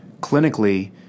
Clinically